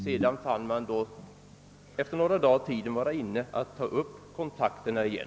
Sedan fann man efter några dagar att tiden var inne att ta upp dem igen.